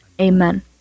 Amen